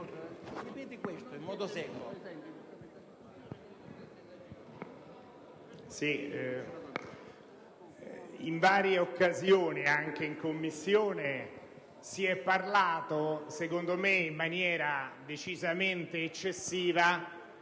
In varie occasioni, anche in Commissione, si è parlato, secondo me in maniera decisamente eccessiva,